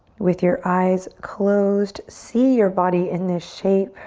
with your eyes closed, see your body in this shape